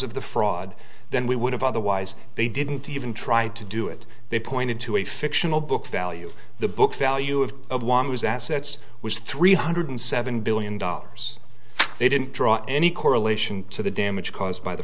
of the fraud then we would have otherwise they didn't even try to do it they pointed to a fictional book value the book value of one was assets was three hundred seven billion dollars they didn't draw any correlation to the damage caused by the